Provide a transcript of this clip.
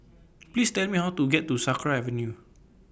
Please Tell Me How to get to Sakra Avenue